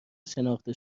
شناخته